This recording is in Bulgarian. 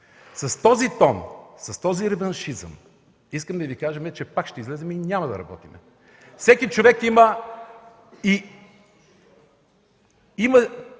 с този тон, с този реваншизъм, искаме да Ви кажем, че пак ще излезем и няма да работим! Всеки човек има не само